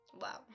Wow